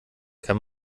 kann